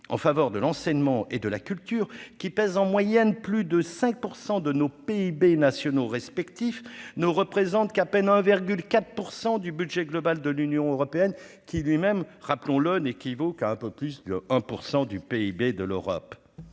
en faveur de l'enseignement et de la culture qui pèse en moyenne plus de 5 pour 100 de nos PIB nationaux respectifs ne représentent qu'à peine 1 virgule 4 pour 100 du budget global de l'Union européenne qui lui même, rappelons-le, n'équivaut qu'à un peu plus de 1 % du PIB de l'Europe